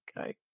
Okay